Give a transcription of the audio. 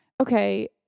Okay